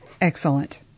Excellent